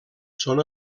són